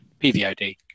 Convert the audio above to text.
PVOD